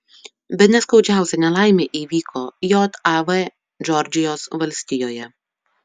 bene skaudžiausia nelaimė įvyko jav džordžijos valstijoje